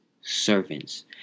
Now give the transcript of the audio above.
servants